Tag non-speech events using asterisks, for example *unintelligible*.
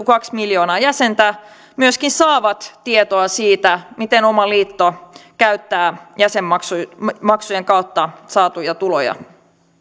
*unintelligible* kaksi miljoonaa jäsentä myöskin saavat tietoa siitä miten oma liitto käyttää jäsenmaksujen jäsenmaksujen kautta saatuja tuloja